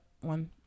One